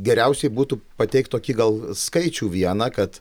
geriausiai būtų pateikt tokį gal skaičių vieną kad